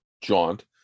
jaunt